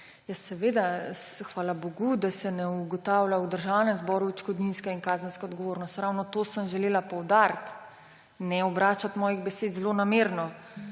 seveda, hvala bogu, da se ne ugotavlja v Državnem zboru odškodninska in kazenska odgovornost, ravno to sem želela poudariti. Ne obračati mojih besed zlonamerno.